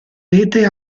rete